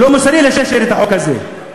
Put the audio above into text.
לא מוסרי להשאיר את החוק הזה.